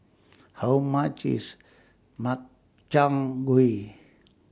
How much IS Makchang Gui